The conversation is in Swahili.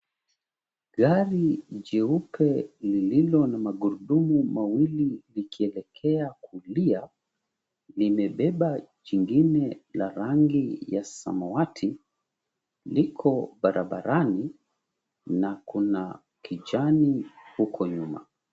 Gari jeupe lillo na magurudumu mawili likielekea kulia liebeba jingine la rangi ya samawati liko barabarani na kuna kijani huko nyuma.